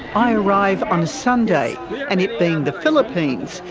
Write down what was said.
i arrive on a sunday and, it being the philippines,